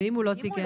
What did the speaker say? ואם הוא לא תיקן,